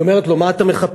היא אומרת לו, מה אתה מחפש?